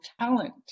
talent